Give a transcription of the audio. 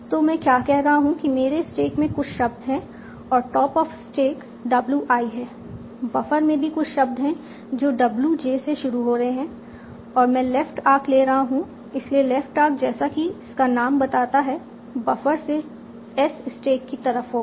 तो मैं क्या कह रहा हूं कि मेरे स्टैक में कुछ शब्द है और top of stack w i है बफर में भी कुछ शब्द है जो w j से शुरू हो रहे हैं और मैं लेफ्ट आर्क ले रहा हूं इसीलिए लेफ्ट आर्क जैसा कि इसका नाम बताता है बफर से S स्टैक की तरफ होगा